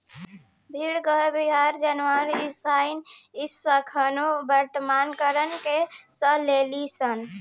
भेड़ एगो बरियार जानवर हइसन इ कइसनो वातावारण के सह लेली सन